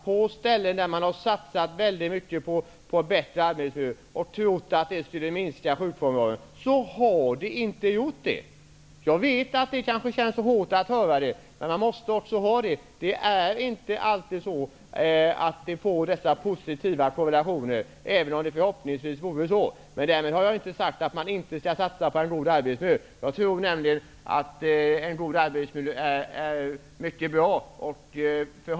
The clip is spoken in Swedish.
På ställen där man har satsat mycket på bättre arbetsmiljö och trott att det skulle minska sjukfrånvaron har det inte blivit så. Jag förstår att det kan kännas hårt att höra det, men man måste inse att man inte alltid får en sådan positiv korrelation, även om man skulle hoppas att det vore så. Men därmed har jag inte sagt att man inte skall satsa på en god arbetsmiljö. En god arbetsmiljö är något positivt.